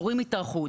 והתורים יתארכו.